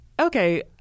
okay